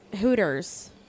Hooters